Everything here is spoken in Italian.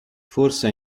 forse